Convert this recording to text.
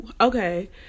Okay